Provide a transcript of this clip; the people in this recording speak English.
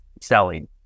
selling